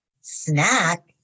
snack